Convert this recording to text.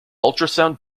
ultrasound